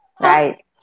right